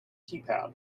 keypad